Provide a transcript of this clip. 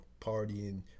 partying